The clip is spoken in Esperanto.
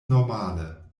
normale